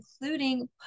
including